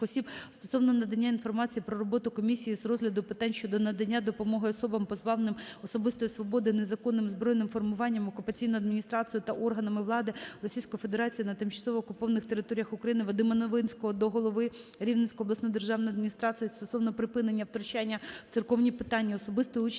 стосовно надання інформації про роботу Комісії з розгляду питань щодо надання допомоги особам, позбавленим особистої свободи незаконними збройними формуваннями, окупаційною адміністрацією та органами влади Російської Федерації на тимчасово окупованих територіях України. Вадима Новинського до голови Рівненської обласної державної адміністрації стосовно припинення втручання у церковні питання, особистої участі